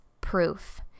proof